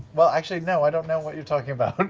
well actually, no, i don't know what you're talking about.